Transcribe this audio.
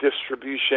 distribution